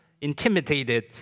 intimidated